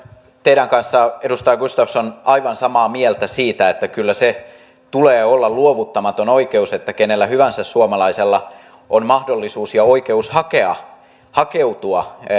teidän kanssanne edustaja gustafsson aivan samaa mieltä siitä että kyllä sen tulee olla luovuttamaton oikeus että kenellä hyvänsä suomalaisella on mahdollisuus ja oikeus hakea hakeutua